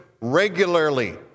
regularly